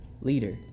leader